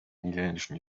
niederländischen